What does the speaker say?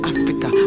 Africa